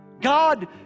god